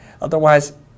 Otherwise